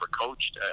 coached